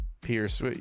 Pierce